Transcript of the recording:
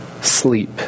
sleep